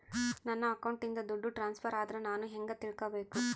ನನ್ನ ಅಕೌಂಟಿಂದ ದುಡ್ಡು ಟ್ರಾನ್ಸ್ಫರ್ ಆದ್ರ ನಾನು ಹೆಂಗ ತಿಳಕಬೇಕು?